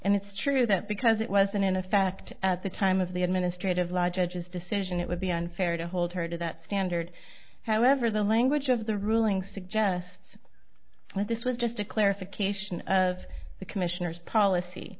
and it's true that because it wasn't in effect at the time of the administrative law judges decision it would be unfair to hold her to that standard however the language of the ruling suggests but this was just a clarification of the commissioner's policy